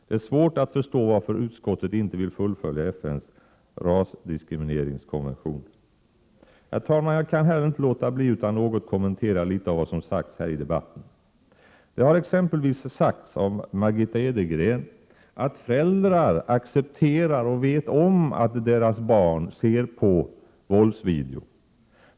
Det är svårt att förstå varför utskottet inte vill fullfölja FN:s rasdiskrimineringskonvention. Herr talman! Jag kan inte låta bli att något kommentera det som sagts i debatten. Margitta Edgren sade exempelvis att föräldrar accepterar och vet att deras barn ser på våldsvideo.